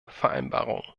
vereinbarungen